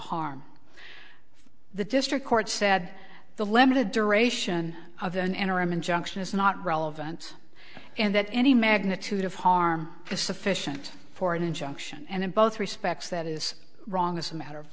harm the district court said the limited duration of an interim injunction is not relevant and that any magnitude of harm is sufficient for an injunction and in both respects that is wrong as a matter of